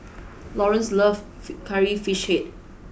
Lawerence loves curry fish head